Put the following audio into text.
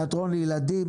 תיאטרון לילדים.